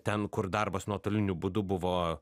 ten kur darbas nuotoliniu būdu buvo